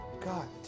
God